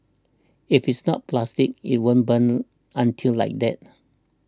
if it's not plastic it won't burn until like that